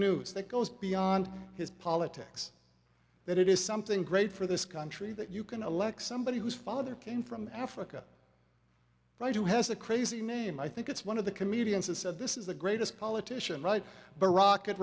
news that goes beyond his politics that it is something great for this country that you can elect somebody whose father came from africa right who has a crazy name i think it's one of the comedians that said this is the greatest politician right but